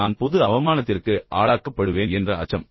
நான் பொது அவமானத்திற்கு ஆளாக்கப்படுவேன் என்ற அச்சம்